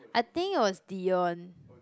I think it was Dion